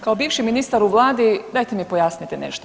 Kao bivši ministar u Vladi, dajte mi pojasnite nešto.